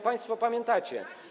Państwo pamiętacie.